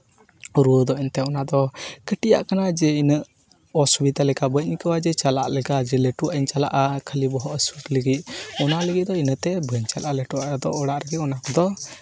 ᱨᱩᱣᱟᱹ ᱫᱚ ᱮᱱᱛᱮᱫ ᱚᱱᱟ ᱫᱚ ᱠᱟᱹᱴᱤᱡ ᱟᱜ ᱠᱟᱱᱟ ᱡᱮ ᱤᱱᱟᱹᱜ ᱚᱥᱩᱵᱤᱛᱟ ᱞᱮᱠᱟ ᱵᱟᱹᱧ ᱟᱹᱭᱠᱟᱹᱣᱟ ᱡᱮ ᱪᱟᱞᱟᱜ ᱞᱮᱠᱟ ᱡᱮ ᱞᱟᱹᱴᱩᱣᱟᱜ ᱤᱧ ᱪᱟᱞᱟᱜᱼᱟ ᱠᱷᱟᱹᱞᱤ ᱵᱚᱦᱚᱜ ᱦᱟᱹᱥᱩ ᱞᱟᱹᱜᱤᱫ ᱚᱱᱟ ᱞᱟᱹᱜᱤᱫ ᱫᱚ ᱤᱱᱟᱹᱛᱮ ᱵᱟᱹᱧ ᱪᱟᱞᱟᱜᱼᱟ ᱞᱟᱹᱴᱩᱣᱟᱜ ᱟᱫᱚ ᱚᱲᱟᱜ ᱨᱮᱜᱮ ᱚᱱᱟ ᱠᱚᱫᱚ